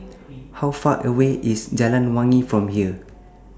How Far away IS Jalan Wangi from here